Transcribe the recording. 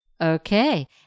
Okay